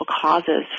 causes